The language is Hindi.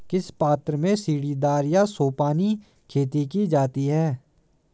किस प्रांत में सीढ़ीदार या सोपानी खेती की जाती है?